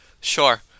Sure